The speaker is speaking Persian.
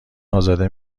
ازاده